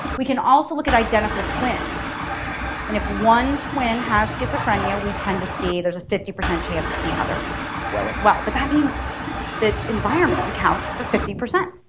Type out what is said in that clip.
we can also look at identical twins and if one twin has schizophrenia we tend to see there's a fifty percent chance the other will as well. but that means the environment accounts for fifty percent